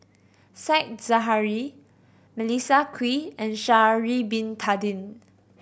Said Zahari Melissa Kwee and Sha'ari Bin Tadin